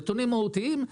נתונים מהותיים,